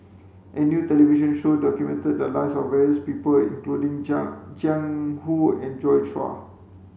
a new television show documented the lives of various people including Jiang Jiang Hu and Joi Chua